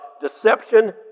deception